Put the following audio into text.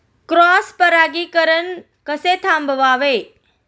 Cross परागीकरण कसे थांबवावे?